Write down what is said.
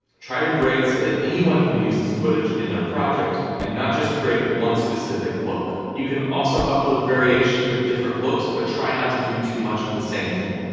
try to grade so that anyone can use this footage in their project, and not just create one specific look. you can also upload variations with different looks, but try not to do too much of the same thing.